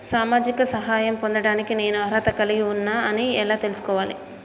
సామాజిక సహాయం పొందడానికి నేను అర్హత కలిగి ఉన్న అని ఎలా తెలుసుకోవాలి?